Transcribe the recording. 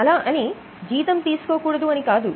అలా అని జీతం తీసుకోకూడదు అని కాదు